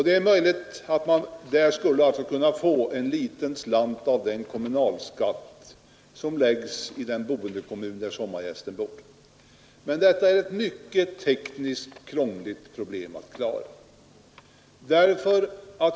Det är möjligt att man just på de områdena skulle kunna få en liten slant av den kommunalskatt som betalas i den kommun där sommargästen bor permanent. Men detta är ett problem som tekniskt är mycket krångligt att klara.